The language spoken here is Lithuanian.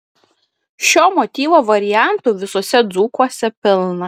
šio motyvo variantų visuose dzūkuose pilna